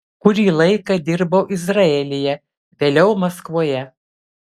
kurį laiką dirbau izraelyje vėliau maskvoje